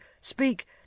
Speak